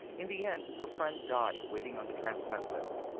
in the end, her friend died waiting on the transplant list.